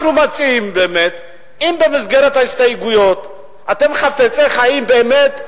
אנחנו מציעים באמת: אם במסגרת ההסתייגויות אתם חפצי חיים באמת,